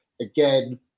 Again